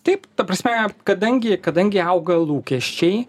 taip ta prasme kadangi kadangi auga lūkesčiai